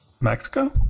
Mexico